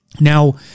Now